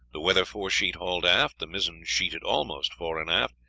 the weather foresheet hauled aft, the mizzen sheeted almost fore and aft,